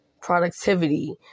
productivity